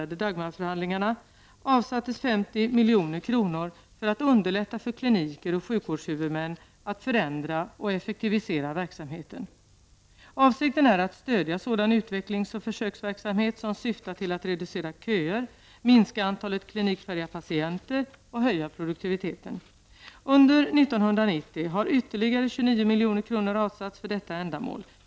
Dagmarförhandlingarna -- avsattes 50 milj.kr. för att underlätta för kliniker och sjukvårdshuvudmän att förändra och effektivisera verksamheten. Avsikten är att stödja sådan utvecklings och försöksverksamhet som syftar till att reducera köer, minska antalet klinikfärdiga patienter och höja produktiviteten. Under år 1990 har ytterligare 29 milj.kr. avsatts för detta ändamål.